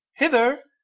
hither,